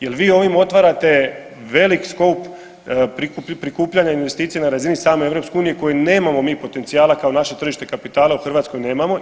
Jer vi ovim otvarate velik scope, prikupljate investicije na razini same EU, koje nemamo mi potencijala, kao naše tržište kapitala u Hrvatskoj nemamo.